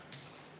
Kõik